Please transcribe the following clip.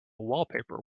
wallpaper